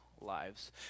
lives